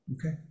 Okay